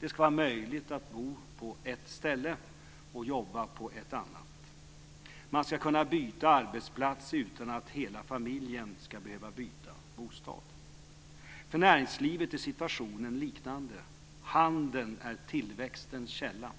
Det ska vara möjligt att bo på ett ställe och jobba på ett annat. Man ska kunna byta arbetsplats utan att hela familjen ska behöva byta bostad. För näringslivet är situationen liknande. Handeln är tillväxtens källa.